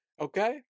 okay